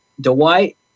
Dwight